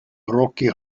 rocky